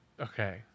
okay